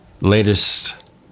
latest